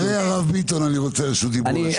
אחרי הרב ביטון אני רוצה רשות דיבור לשנייה.